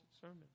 sermon